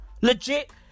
Legit